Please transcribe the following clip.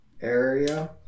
area